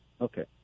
Okay